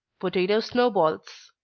potato snow balls.